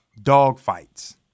dogfights